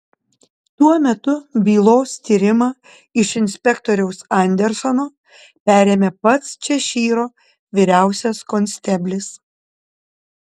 tuo metu bylos tyrimą iš inspektoriaus andersono perėmė pats češyro vyriausias konsteblis